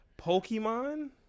Pokemon